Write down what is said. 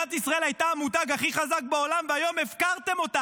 שמדינת ישראל הייתה המותג הכי חזק בעולם והיום הפקרתם אותה.